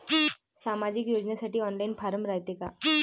सामाजिक योजनेसाठी online form रायते का?